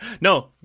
No